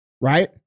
Right